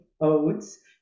oats